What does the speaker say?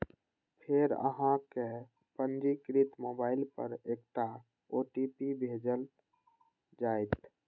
फेर अहांक पंजीकृत मोबाइल पर एकटा ओ.टी.पी भेजल जाएत